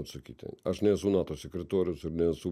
atsakyti aš nesu nato sekretorius ir nesu